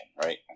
right